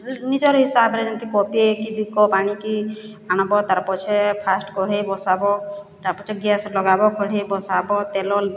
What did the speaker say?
ନିଜର୍ ହିସାବ୍ରେ ଯେନ୍ତି କପେ କି ଦୁଇ କପ୍ ଆଣିକି ଆଣ୍ବ ତାର୍ ପଛେ ଫାଷ୍ଟ୍ କଢ଼େଇ ବସାବ ତାର୍ ପଛେ ଗ୍ୟାସ୍ ଲଗାବ କଢ଼େଇ ବସାବ ତେଲ